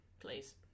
please